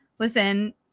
Listen